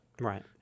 Right